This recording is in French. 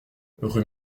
rue